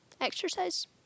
exercise